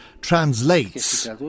translates